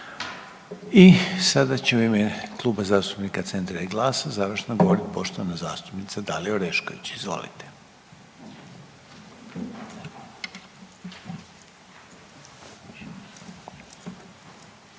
I sada će u ime Kluba zastupnika Centra i GLAS-a završno govorit poštovana zastupnica Dalija Orešković, izvolite.